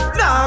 now